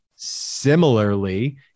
Similarly